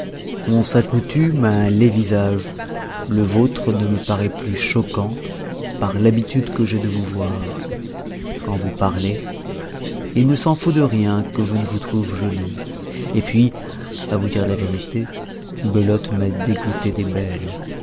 on s'accoutume à un laid visage le vôtre ne me paraît plus choquant par l'habitude que j'ai de vous voir quand vous parlez il ne s'en faut de rien que je ne vous trouve jolie et puis à vous dire la vérité belote m'a dégoûté des belles